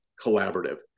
collaborative